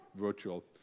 virtual